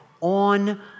on